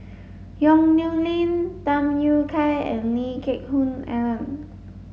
Yong Nyuk Lin Tham Yui Kai and Lee Geck Hoon Ellen